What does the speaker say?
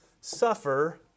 suffer